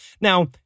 now